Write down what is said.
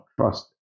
trust